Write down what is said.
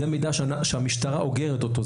זה מידע שהמשטרה אוגרת אותו.